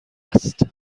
است